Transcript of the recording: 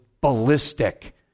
ballistic